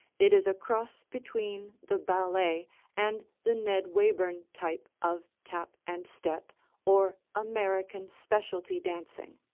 it is a cross between the ballet and the ned wayburn type of tap and step or american specialty dancing.